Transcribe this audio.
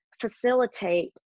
facilitate